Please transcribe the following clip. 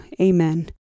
Amen